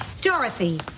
Dorothy